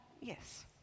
Yes